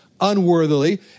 unworthily